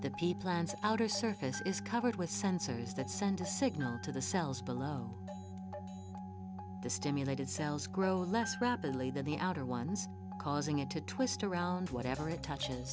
stick the b plans outer surface is covered with sensors that send a signal to the cells below the stimulated cells grow less rapidly than the outer ones causing it to twist around whatever it touches